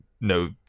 no